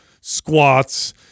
squats